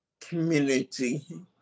community